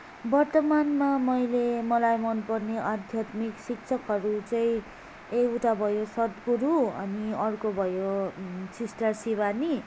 वर्तमानमा मैले मलाई मन पर्ने आध्यात्मिक शिक्षकहरू चाहिँ एउटा भयो सद्गुरु अनि अर्को भयो सिस्टर सिवानी